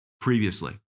previously